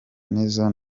nizzo